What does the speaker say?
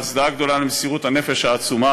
בהצדעה גדולה למסירות הנפש העצומה